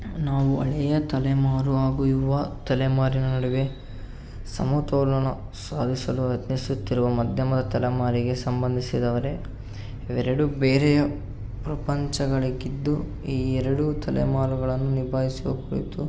ನಾವು ಹಳೆಯ ತಲೆಮಾರು ಹಾಗು ಯುವ ತಲೆಮಾರಿನ ನಡುವೆ ಸಮತೋಲನ ಸಾಧಿಸಲು ಯತ್ನಿಸುತ್ತಿರುವ ಮಧ್ಯಮ ತಲೆಮಾರಿಗೆ ಸಂಬಧಿಸಿದವರೇ ಇವೆರಡು ಬೇರೆಯ ಪ್ರಪಂಚಗಳಾಗಿದ್ದು ಈ ಎರಡು ತಲೆಮಾರುಗಳನ್ನು ನಿಭಾಯಿಸುವ ಕುರಿತು